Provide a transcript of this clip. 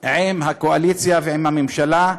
עם הקואליציה ועם הממשלה,